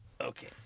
Okay